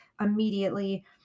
immediately